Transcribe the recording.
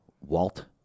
Walt